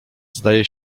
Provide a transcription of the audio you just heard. zdaje